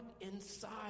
inside